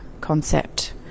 concept